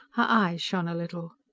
her eyes shone a little.